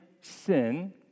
sin